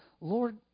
Lord